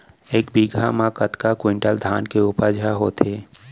एक बीघा म कतका क्विंटल धान के उपज ह होथे?